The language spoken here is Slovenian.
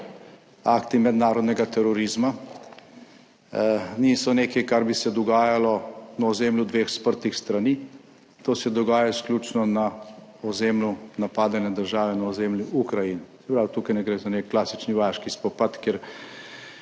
akti mednarodnega terorizma niso nekaj kar bi se dogajalo na ozemlju dveh sprtih strani, to se dogaja izključno na ozemlju napadene države, na ozemlju Ukrajine. Se pravi, tukaj ne gre za nek klasični vojaški spopad,